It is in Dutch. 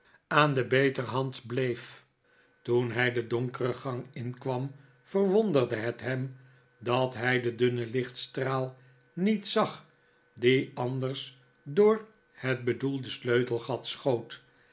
aan de beterhand bleef toen hij de donkere gang in kwam verwonderde het hem dat hij den dunnen lichtstraal niet zag die anders door het bedoelde sleutelgat schoot